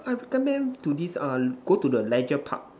I recommend to this uh go to the Leisure Park